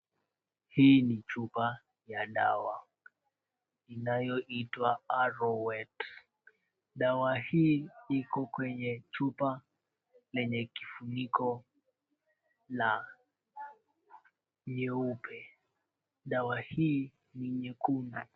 Hii ni chupa ya dawa inayoitwa arorwet, dawa hii iko kwenye chupa lenye kifuniko la nyeupe, dawa hii ni nyekundu.